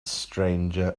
stranger